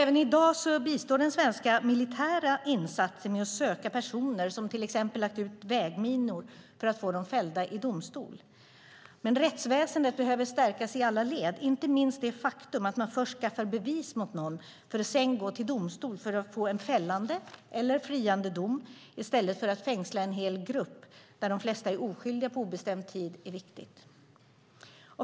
Även i dag bistår den svenska militära insatsen med att söka personer som till exempel lagt ut vägminor, för att få dem fällda i domstol. Rättsväsendet behöver dock stärkas i alla led. Inte minst det faktum att man först skaffar bevis mot någon för att sedan gå till domstol och få en fällande eller friande dom, i stället för att på obestämd tid fängsla en hel grupp där de flesta är oskyldiga, är viktigt.